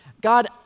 God